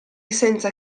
senza